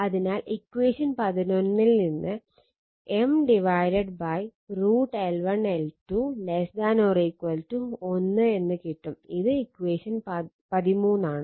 അതിനാൽ ഇക്വഷൻ 11 ൽ നിന്ന് M √ L1L2 ≤ 1 എന്ന് കിട്ടും ഇത് ഇക്വഷൻ 13 ആണ്